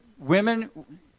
Women